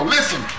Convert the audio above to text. Listen